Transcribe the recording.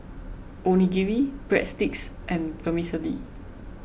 Onigiri Breadsticks and Vermicelli